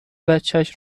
بچش